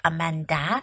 Amanda